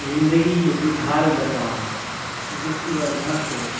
زندگی کے کچھ حال بتاؤں جس کی وجہ سے